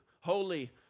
holy